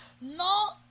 No